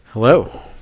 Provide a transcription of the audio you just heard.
hello